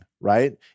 right